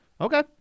Okay